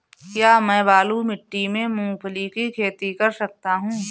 क्या मैं बालू मिट्टी में मूंगफली की खेती कर सकता हूँ?